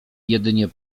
jedynie